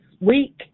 week